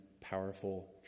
powerful